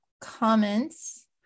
comments